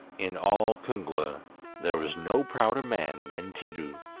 in all kungla there was no prouder man than tiidu.